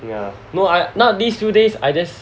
yeah no I nowadays these few days I just